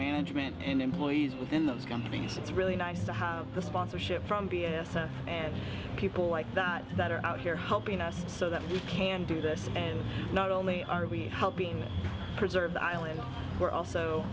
management and employees within those companies it's really nice to have the sponsorship from b s and people like that that are out here helping us so that we can do this and not only are we helping preserve the island we're also